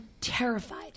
terrified